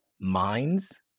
minds